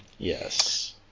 Yes